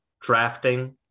drafting